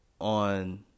On